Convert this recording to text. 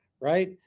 Right